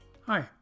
Hi